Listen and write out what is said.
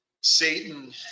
Satan